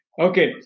Okay